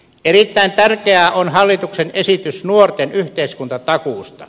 erittäin tärkeää on hallituksen esitys nuorten yhteiskuntatakuusta